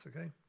okay